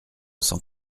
cent